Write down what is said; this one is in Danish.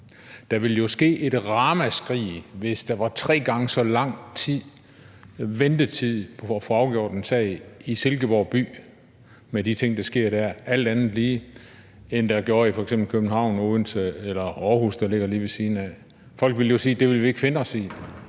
Der ville jo lyde et ramaskrig, hvis der var tre gange så lang ventetid på at få afgjort en sag i Silkeborg by med de ting, der sker der – alt andet lige – end der er i f.eks. København, Odense eller Aarhus, der ligger lige ved siden af. Folk ville jo sige: Det vil vi ikke finde os i.